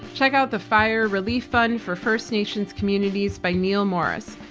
check out the fire relief fund for first nations communities by neil morris.